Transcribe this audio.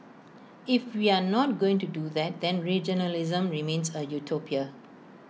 if we are not going to do that then regionalism remains A utopia